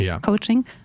coaching